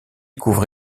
couvre